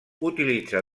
utilitza